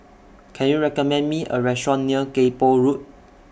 Can YOU recommend Me A Restaurant near Kay Poh Road